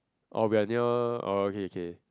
orh we are near orh okay K K